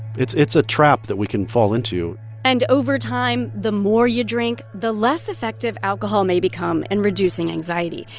it's it's a trap that we can fall into and over time, the more you drink, the less effective alcohol may become in and reducing anxiety.